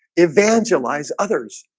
evangelize others